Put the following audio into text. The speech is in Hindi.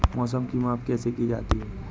मौसम की माप कैसे की जाती है?